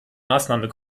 maßnahmen